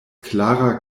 klara